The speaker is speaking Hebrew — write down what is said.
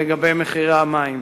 לגבי מחירי המים.